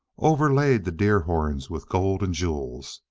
overlaid the deer-horns with gold and jewels.